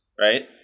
right